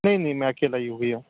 नहीं नहीं मैं अकेला ही हूँ भैया